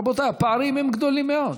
רבותיי, הפערים הם גדולים מאוד.